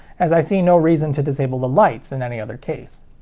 as i see no reason to disable the lights in any other case.